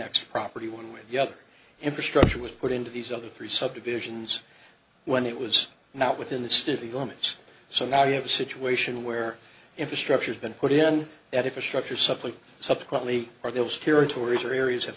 annex property one way the other infrastructure was put into these other three subdivisions when it was not within the city limits so now you have a situation where infrastructure's been put in that if a structure simply subsequently or those territories or areas have